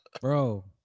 bro